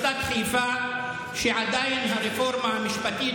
סליחה, אדוני היו"ר.